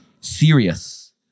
serious